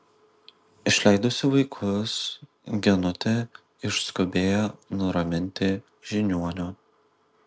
išleidusi vaikus genutė išskubėjo nuraminti žiniuonio